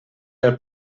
del